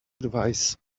advice